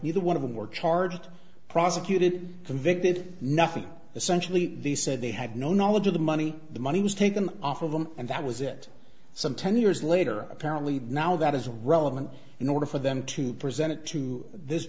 neither one of them were charged prosecuted convicted nothing essentially they said they had no knowledge of the money the money was taken off of them and that was it some ten years later apparently now that is relevant in order for them to present it to this